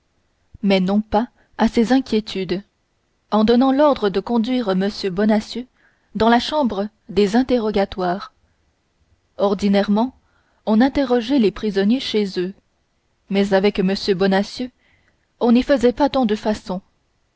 mais non pas à ses inquiétudes en donnant l'ordre de conduire m bonacieux dans la chambre des interrogatoires ordinairement on interrogeait les prisonniers chez eux mais avec m bonacieux on n'y faisait pas tant de façons